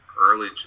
Early